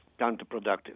counterproductive